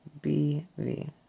BV